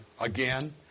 again